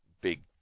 big